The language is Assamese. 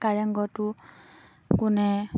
কাৰেংঘৰটো কোনে